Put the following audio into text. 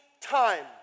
time